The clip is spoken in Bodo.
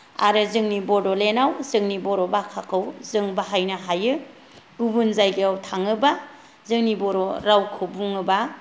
आरो जोंनि बड'लेण्डाव जोंनि बर' भाखाखौ जों बाहायनो हायो गुबुन जायगायाव थाङोबा जोंनि बर' रावखौ बुङोबा